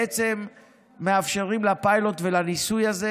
אנחנו בעצם מאפשרים את הפיילוט והניסוי הזה.